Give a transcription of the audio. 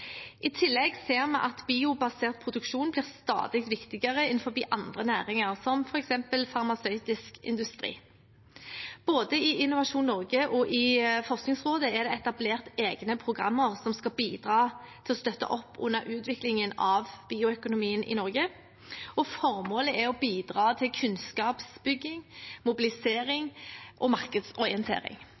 I tillegg ser vi at biobasert produksjon blir stadig viktigere innenfor andre næringer, som f.eks. farmasøytisk industri. Både i Innovasjon Norge og i Forskningsrådet er det etablert egne programmer som skal bidra til å støtte opp under utviklingen av bioøkonomien i Norge, og formålet er å bidra til kunnskapsbygging, mobilisering og markedsorientering